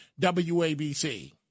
WABC